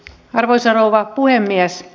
arvoisa rouva puhemies